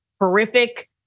horrific